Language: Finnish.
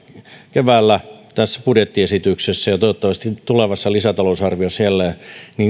keväällä tässä budjettiesityksessä ja toivottavasti tulevassa lisätalousarviossa jälleen